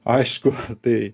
aišku tai